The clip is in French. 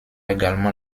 également